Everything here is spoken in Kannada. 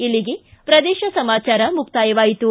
ಇಲ್ಲಿಗೆ ಪ್ರದೇಶ ಸಮಾಚಾರ ಮುಕ್ತಾಯವಾಯಿತು